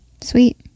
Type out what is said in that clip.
sweet